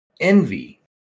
envy